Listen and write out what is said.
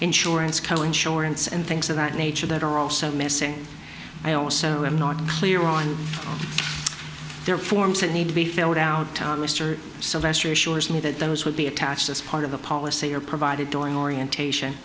insurance co insurance and things of that nature that are also missing i also am not clear on their forms that need to be filled out mr sylvester assures me that those would be attached as part of the policy or provided during orientation